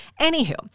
Anywho